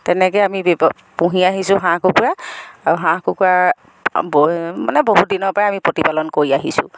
তেনেকৈ আমি পুহি আহিছোঁ হাঁহ কুকুৰা আৰু হাঁহ কুকুৰাৰ মানে বহুত দিনৰপৰাই আমি প্ৰতিপালন কৰি আহিছোঁ